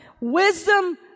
wisdom